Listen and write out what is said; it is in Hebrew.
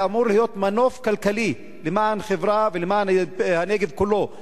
זה אמור להיות מנוף כלכלי למען החברה ולמען הנגב כולו.